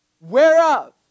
Whereof